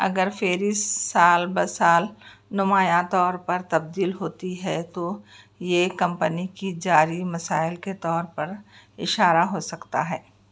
اگر فہرست سال بہ سال نمایاں طور پر تبدیل ہوتی ہے تو یہ کمپنی کی جاری مسائل کے طور پر اشارہ ہو سکتا ہے